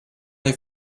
they